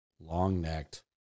long-necked